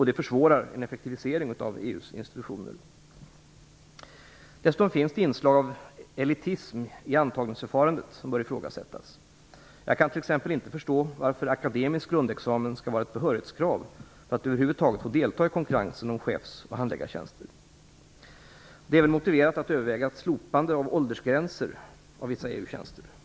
Det försvårar en effektivisering av EU:s institutioner. Dessutom finns det inslag av elitism i antagningsförfarandet som bör ifrågasättas. Jag kan t.ex. inte förstå varför akademisk grundexamen skall vara ett behörighetskrav för att över huvud taget få delta i konkurrensen om chefs och handläggartjänster. Det är även motiverat att överväga ett slopande av åldersgränser till vissa EU-tjänster.